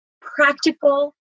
practical